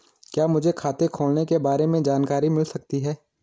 क्या मुझे खाते खोलने के बारे में जानकारी मिल सकती है?